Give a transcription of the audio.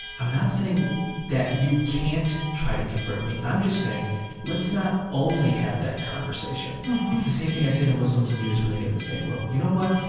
i'm not saying that you can't try to convert me, i'm just saying let's not only have that conversation it's the same thing i say to muslims and jews when they get in the same room. you know what,